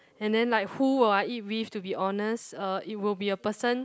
and then like who will I eat with to be honest uh it will be a person